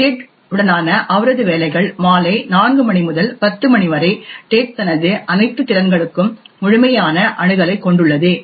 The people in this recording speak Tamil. டெட் உடனான அவரது வேலைகள் மாலை 4 மணி முதல் 10 மணி வரை டெட் தனது அனைத்து திறன்களுக்கும் முழுமையான அணுகலைக் கொண்டுள்ளது